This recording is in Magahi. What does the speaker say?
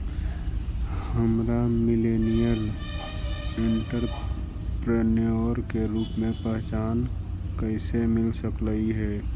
हमरा मिलेनियल एंटेरप्रेन्योर के रूप में पहचान कइसे मिल सकलई हे?